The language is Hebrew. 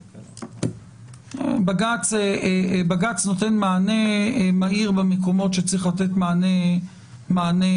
בג"ץ נותן מענה מהיר במקומות שצריכים לתת מענה